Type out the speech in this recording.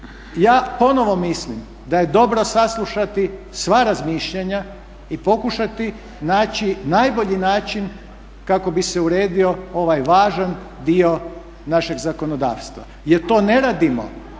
Ja ponovno mislim da je dobro saslušati sva razmišljanja i pokušati naći najbolji način kako bi se uredio ovaj važan dio našeg zakonodavstva jer to ne radimo